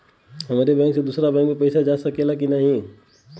हमारे बैंक से दूसरा बैंक में पैसा जा सकेला की ना?